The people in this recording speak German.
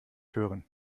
hören